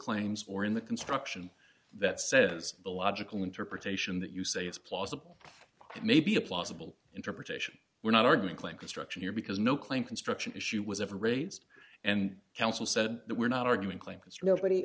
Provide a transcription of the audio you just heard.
claims or in the construction that says the logical interpretation that you say is plausible that may be a plausible interpretation we're not arguing claim construction here because no claim construction issue was ever raised and council said we're not arguing claimants nobody